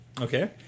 Okay